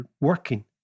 working